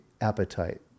appetite